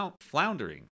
floundering